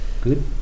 Good